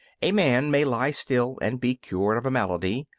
a man may lie still and be cured of a malady.